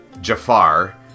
Jafar